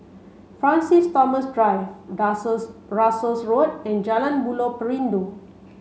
Francis Thomas Drive Russels Road and Jalan Buloh Perindu